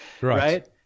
right